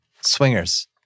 Swingers